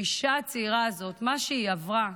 האישה הצעירה הזאת, מה שהיא עברה,